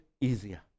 easier